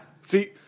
See